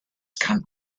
kann